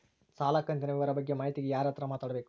ಸಾಲ ಕಂತಿನ ವಿವರ ಬಗ್ಗೆ ಮಾಹಿತಿಗೆ ಯಾರ ಹತ್ರ ಮಾತಾಡಬೇಕು?